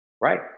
Right